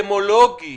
האפידמיולוגי